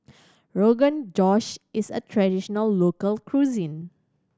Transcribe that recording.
Rogan Josh is a traditional local cuisine